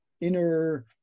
inner